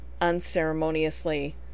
unceremoniously